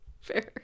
Fair